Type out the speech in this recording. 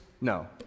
No